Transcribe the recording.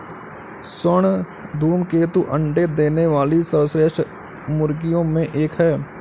स्वर्ण धूमकेतु अंडे देने वाली सर्वश्रेष्ठ मुर्गियों में एक है